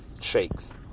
shakes